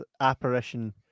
apparition